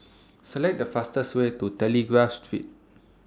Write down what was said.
Select The fastest Way to Telegraph Street